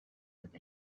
with